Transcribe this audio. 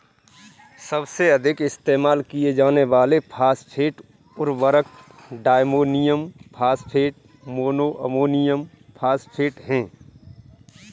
सबसे अधिक इस्तेमाल किए जाने वाले फॉस्फेट उर्वरक diammonium phosphate, mono ammonium phosphate हैं